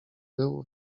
był